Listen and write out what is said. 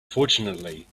fortunately